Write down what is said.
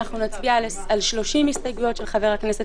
אנחנו נצביע על 30 הסתייגויות של חבר הכנסת